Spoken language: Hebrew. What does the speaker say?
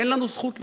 אין לנו זכות לכך.